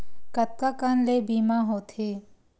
कतका कन ले बीमा होथे?